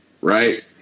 right